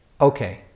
okay